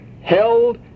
held